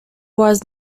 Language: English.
was